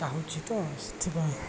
ଚାହୁଁଛି ତ ସେଥିପାଇଁ